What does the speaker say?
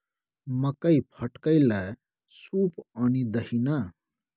मकई फटकै लए सूप आनि दही ने